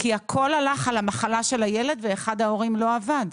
כי הכול הלך על המחלה של הילד ולפחות אחד ההורים לא עבד,